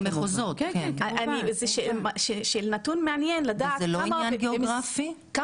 וזה לא עניין גיאוגרפי?